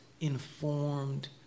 informed